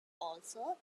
also